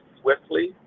swiftly